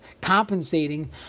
compensating